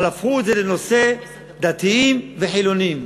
אבל הפכו את זה לנושא דתיים וחילונים,